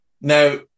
Now